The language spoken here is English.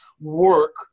work